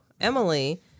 Emily